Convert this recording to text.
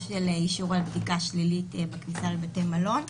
של אישורי בדיקה שלילית בכניסה לבתי מלון.